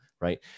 right